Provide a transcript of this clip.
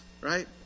right